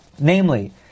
Namely